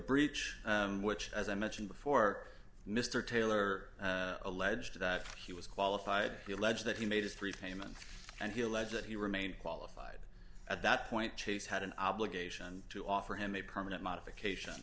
breach which as i mentioned before mr taylor alleged that he was qualified you allege that he made his three payments and he allegedly remained qualified at that point chase had an obligation to offer him a permanent modification